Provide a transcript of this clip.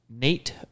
Nate